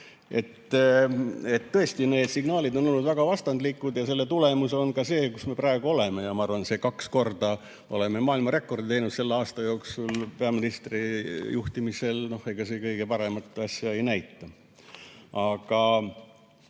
et tõesti need signaalid on olnud väga vastandlikud. Tulemus on see, kus me praegu oleme, ja ma arvan, et see, et me kaks korda oleme maailmarekordi teinud selle aasta jooksul peaministri juhtimisel – noh, ega see kõige paremat asja ei näita. Aga